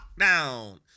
Lockdown